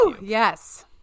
Yes